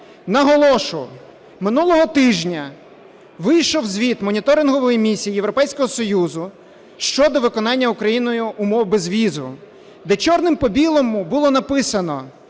Наголошу, минулого тижня вийшов звіт моніторингової місії Європейського Союзу щодо виконання Україною умов безвізу, де чорним по білому було написано,